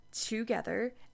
together